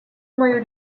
мою